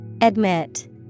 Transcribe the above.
Admit